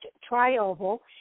tri-oval